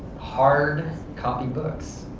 hard copy books.